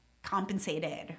compensated